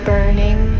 Burning